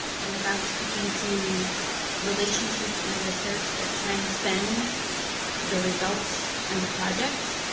and about speaking to relationships and research that transcend the results and the project,